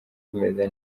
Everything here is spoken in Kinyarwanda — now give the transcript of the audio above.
bumeze